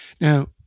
Now